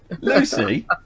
Lucy